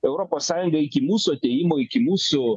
europos sąjunga iki mūsų atėjimo iki mūsų